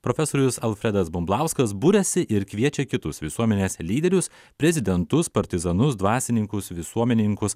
profesorius alfredas bumblauskas buriasi ir kviečia kitus visuomenės lyderius prezidentus partizanus dvasininkus visuomenininkus